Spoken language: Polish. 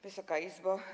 Wysoka Izbo!